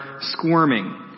squirming